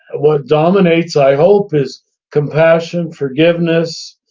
what dominates, i hope, is compassion, forgiveness.